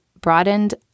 broadened